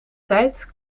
tijd